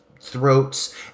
throats